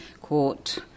Court